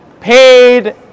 Paid